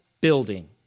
building